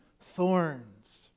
Thorns